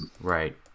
Right